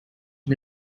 and